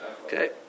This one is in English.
Okay